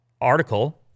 article